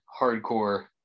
hardcore